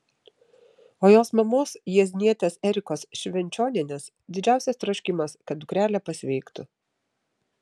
o jos mamos jieznietės erikos švenčionienės didžiausias troškimas kad dukrelė pasveiktų